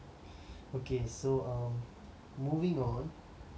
okay so um moving on